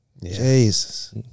Jesus